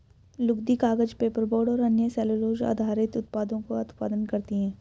लुगदी, कागज, पेपरबोर्ड और अन्य सेलूलोज़ आधारित उत्पादों का उत्पादन करती हैं